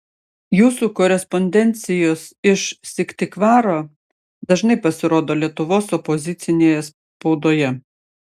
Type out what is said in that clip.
jūsų korespondencijos iš syktyvkaro dažnai pasirodo lietuvos opozicinėje spaudoje